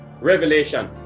revelation